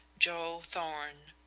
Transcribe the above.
joe thorn.